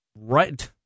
right